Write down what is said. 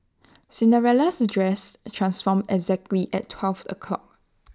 Cinderella's dress transformed exactly at twelve o'clock